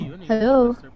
Hello